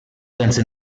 senza